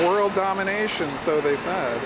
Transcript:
world domination so they say